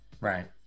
Right